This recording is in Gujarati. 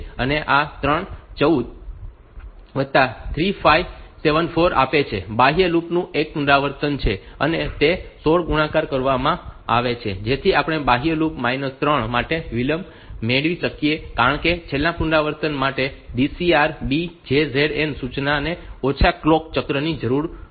આ 3 14 વત્તા 3574 આપે છે આ બાહ્ય લૂપ નું એક પુનરાવર્તન છે અને તે 16 વડે ગુણાકાર કરવામાં આવે છે જેથી આપણે બાહ્ય લૂપ માઈનસ 3 માટે વિલંબ મેળવી શકીએ કારણ કે છેલ્લા પુનરાવર્તન માટે કે DCR B JZN સૂચનાને ઓછા કલોક ચક્રની જરૂર પડશે